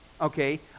okay